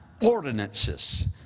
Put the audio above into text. ordinances